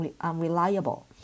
unreliable